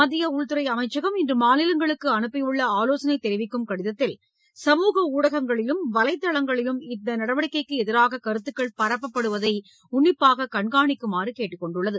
மத்திய உள்துறை அமைச்சகம் இன்று மாநிலங்களுக்கு அனுப்பியுள்ள ஆலோசனை தெரிவிக்கும் கடிதத்தில் சமூக ஊடகங்களிலும் வலைதளங்களிலும் இந்த நடவடிக்கைக்கு எதிராக கருத்துக்கள் பரப்பப்படுவதை உன்னிப்பாக கண்காணிக்குமாறு கேட்டுக் கொண்டுள்ளது